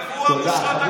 הוא המושחת הגדול.